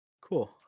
Cool